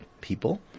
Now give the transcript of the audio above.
people